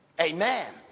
Amen